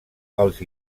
els